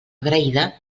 agraïda